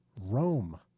Rome